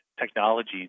technology